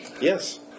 Yes